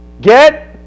get